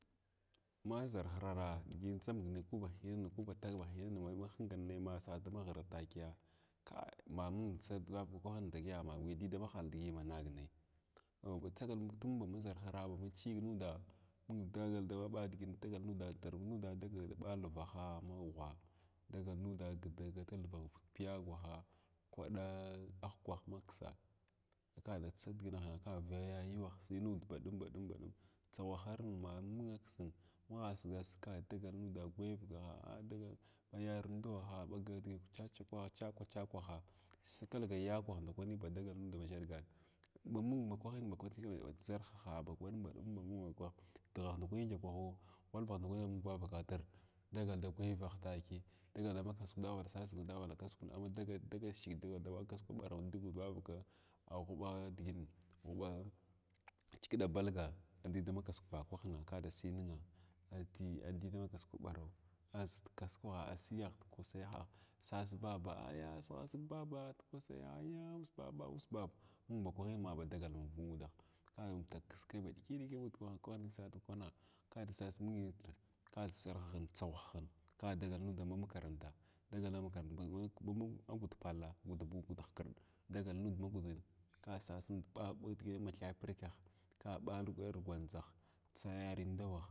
Ma ʒarhirwa digi andʒang nay koba hinanin ba tag bihinan ma hingaha kskayma sada haghras takiya ka ma mung sadvakwa kwahin digiya guya di dama hala digi man nagnai, ha ba tum ba ma ʒirhirara ma chig nuda mung dagal daɓa digin dagal nud tara nuda dagul daba ivahaa maghwaa dagal nuuda dag dagatalva piyaghwaha kwaɗa ahwkwah maksa kada tsa digihan ka vaya yayuwah nud ba ɗum baɗum baɗum tsaghvaharma mung niksin magha siga sig ngul dagal nuda ghwayahavah a dagal a maykru nudhwraha ɓagar digin makya kyahwa chalw chakiwaha shagal yaurah ndakwani badagul nud da ʒhargan ba ma mung makwahin ba kwa th thikni ʒarhaha ba kwan baɗum baɗumng waha dughwah ndakwani ndyakwaho, ghwalvah nndaviwani mung vwakatir dagal da gwagwatn takiya dagal dama kasuk gaghwvala sasig dalava kaskna am wa dagal dagal dishga da dama kasukwa ɓaraw da ba vavaka aghwuɓa digihnin ghwba chikɗa balga a di dama kasuk vuuwhhin kada siiy ninga ah adi dama kasuhm ɓaraw aʒit kasukwagha asiyagh da kwasayaga sas baba ah a ayya sighasig basba da kwasaya ahya uss baab ussbaab mung ba kwahima ma ba dagal kudah ka amtuk kiskai ba ɗiki-ɗiki amud ndukwah kuha sas tukwana kaɗa sas mung nitra kad ʒarhahin tsaghwahlun ka dagal nud da makaranta dagal dama mauranta bagu ba ah magul palla gud bu, gud hkrda dagal nud ma gudin ka sas nud ɓa a digina mahyəprkah kaɓarngwandʒh tsg yavindawah.